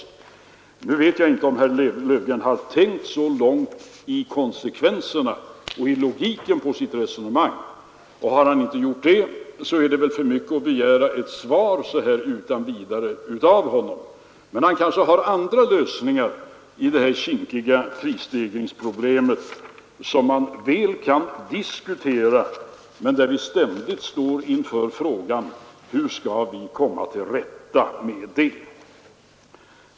Nu vet jag inte om herr Löfgren har tänkt så långt när det gäller konsekvensen och logiken i sitt resonemang, och har han inte gjort det är det väl för mycket att begära ett svar så här utan vidare av honom. Men han kanske har andra lösningar på det här kinkiga prisstegringsproblemet. Det är lätt att diskutera, men vi står ständigt inför frågan hur vi skall komma till rätta med det.